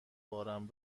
بارم